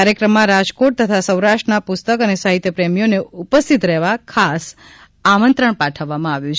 કાર્યક્રમમાં રાજકોટ તથા સૌરાષ્ટ્ર ના પુસ્તક અને સાહિત્ય પ્રેમીઓને ઉપસ્થિત રહેવા ખાસ આમંત્રણ પાઠવવામાં આવ્યું છે